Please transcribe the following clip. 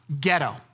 Ghetto